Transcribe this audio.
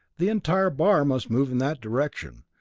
the entire bar must move in that direction,